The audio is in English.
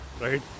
right